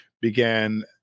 began